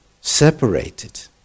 separated